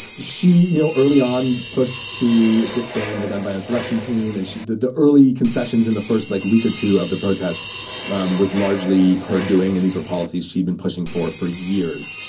she, you know, early on pushed to disband the gun violence reduction team. and she did the early concessions in the first like week or two of the protests um was largely her doing, and these were policies she'd been pushing for for years.